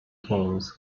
games